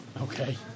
Okay